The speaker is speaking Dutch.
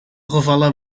gevallen